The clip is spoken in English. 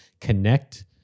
connect